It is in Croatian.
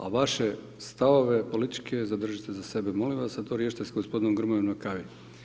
A vaše stavove političke zadržite za sebe, molim vas, a to riješite s gospodinom Grmojom na kavi.